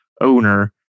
owner